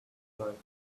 skylight